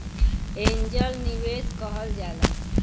angel निवेस कहल जाला